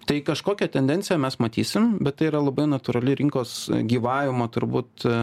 tai kažkokią tendenciją mes matysim tai yra labai natūrali rinkos gyvavimo turbūt